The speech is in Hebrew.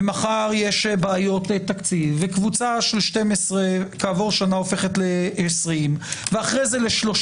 ומחר יש בעיות תקציב וקבוצה של 12 כעבור שנה הופכת ל-20 ואז ל-30.